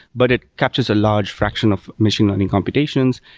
but it captures a large fraction of machine learning computations.